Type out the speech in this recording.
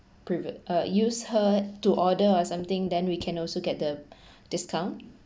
privi~ uh use her to order or something then we can also get the discount